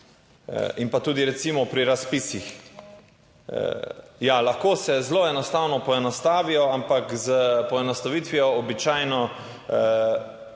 In pa tudi recimo pri razpisih, ja, lahko se zelo enostavno poenostavijo, ampak s poenostavitvijo običajno